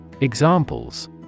Examples